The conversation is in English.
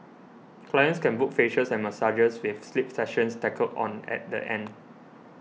clients can book facials and massages with sleep sessions tackled on at the end